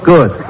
Good